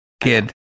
kid